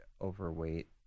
overweight